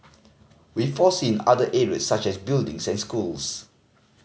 we foresee in other areas such as buildings and schools